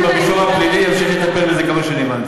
היועץ המשפטי היה פותח בהליכים נגדה.